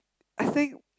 I think